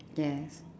yes